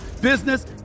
business